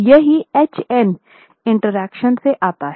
यही HN interaction से आता है